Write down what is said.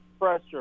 pressure